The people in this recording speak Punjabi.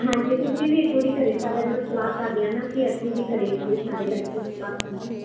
ਹਾਂਜੀ ਤੁਸੀਂ ਵੀ ਇੱਕ ਵਾਰੀ ਘਰੇ ਸਾਰਿਆਂ ਨਾਲ ਸਲਾਹ ਕਰ ਲੈਣਾ ਅਤੇ ਅਸੀਂ ਵੀ ਘਰੇ ਇੱਕ ਵਾਰੀ ਸਾਰੇ ਬੈਠੇ ਕੇ ਸਲਾਹ ਕਰਾਂਗੇ